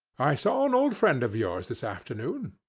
i saw an old friend of yours this afternoon.